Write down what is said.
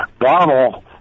Donald